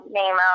name